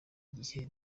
gihe